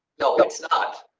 no, but it's not.